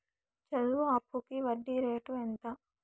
చదువు అప్పుకి వడ్డీ రేటు ఎంత?